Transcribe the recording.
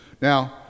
Now